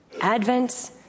Advent